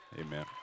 Amen